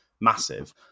massive